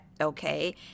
okay